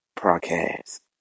broadcast